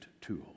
tool